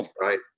right